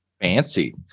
Fancy